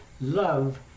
love